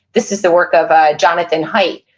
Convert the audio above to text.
this is the work of jonathan haidt,